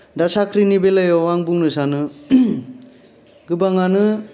दा साख्रिनि बेलायाव आं बुंनो सानो गोबांआनो